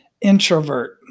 introvert